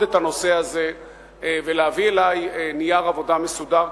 את הנושא הזה ולהביא אלי נייר עבודה מסודר,